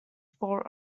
for